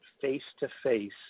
face-to-face